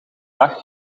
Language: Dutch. dag